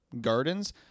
Gardens